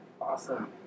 Awesome